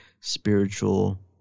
spiritual